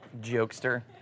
Jokester